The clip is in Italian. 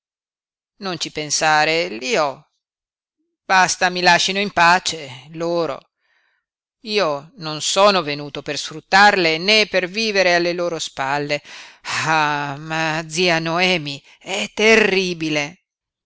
non ci pensare li ho basta mi lascino in pace loro io non sono venuto per sfruttarle né per vivere alle loro spalle ah ma zia noemi è terribile